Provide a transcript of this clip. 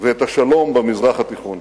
ואת השלום במזרח התיכון.